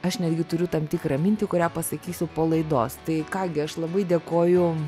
aš netgi turiu tam tikrą mintį kurią pasakysiu po laidos tai ką gi aš labai dėkoju